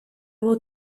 will